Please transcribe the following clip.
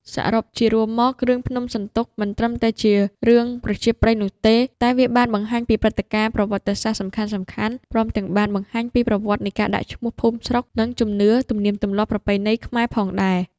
សរុបជារួមមក រឿង ភ្នំសន្ទុកមិនត្រឹមតែជារឿងប្រជាប្រិយប៉ុណ្ណោះទេ តែវាបានបង្ហាញពីព្រឹត្តិការណ៍ប្រវត្តិសាស្រ្ដសំខាន់ៗ ព្រមទាំងបានបង្ហាញពីប្រវត្តិនៃការដាក់ឈ្មោះភូមិស្រុក និងជំនឿ ទំនៀមទម្លាប់ប្រពៃណីខ្មែរផងដែរ។